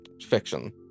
fiction